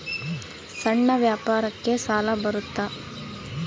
ಸಣ್ಣ ವ್ಯಾಪಾರಕ್ಕ ಸಾಲ ಬರುತ್ತಾ?